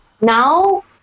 Now